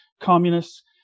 communists